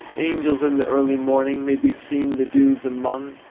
angels in the early morning may be seen the dews among,